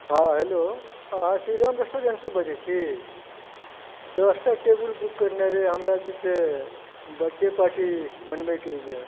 हँ हेलो अहाँ श्रीराम रेस्टोरेन्टसँ बजै छी दशटा टेबुल बुक करनाइ रहै हमरा जे छै बर्थडे पार्टी मनबयके यऽ